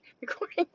Recording